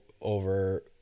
over